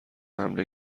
حمله